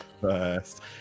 first